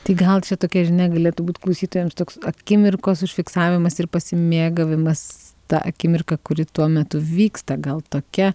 tai gal čia tokia žinia galėtų būt klausytojams toks akimirkos užfiksavimas ir pasimėgavimas ta akimirka kuri tuo metu vyksta gal tokia